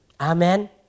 Amen